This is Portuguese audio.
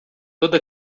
toda